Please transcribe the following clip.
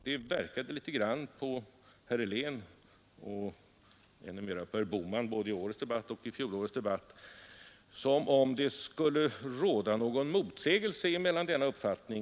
Det verkade av herr Heléns och ännu mer av herr Bohmans inlägg både i årets debatt och i fjolårets debatt som om det skulle föreligga en motsägelse i avspänningsprocessen.